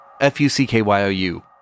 F-U-C-K-Y-O-U